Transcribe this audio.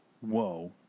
Whoa